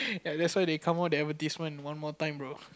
ya that's why they come up the advertisement one more time bro